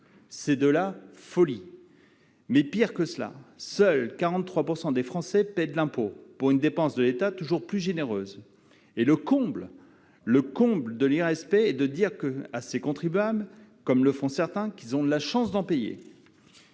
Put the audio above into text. C'est de la folie ! Pis, seuls 43 % des Français paient de l'impôt, pour une dépense de l'État toujours plus généreuse, le comble de l'irrespect consistant à dire à ces contribuables, comme le font certains, qu'ils ont de la chance d'en payer